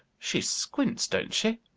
she squints, don't she?